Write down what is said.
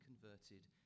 converted